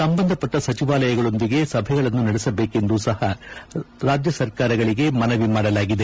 ಸಂಬಂಧಪಟ್ಟ ಸಚಿವಾಲಯಗಳೊಂದಿಗೆ ಸಭೆಗಳನ್ನು ನಡೆಸಬೇಕೆಂದು ಸಹ ರಾಜ್ಯ ಸರ್ಕಾರಗಳಿಗೆ ಮನವಿ ಮಾಡಲಾಗಿದೆ